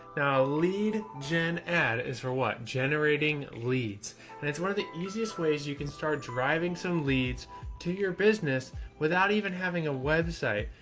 now a lead gen ad is for what? generating leads and it's one of the easiest ways you can start driving some leads to your business without even having a website,